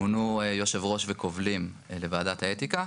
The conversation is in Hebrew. מונו יושב ראש וכובלים לוועדת האתיקה.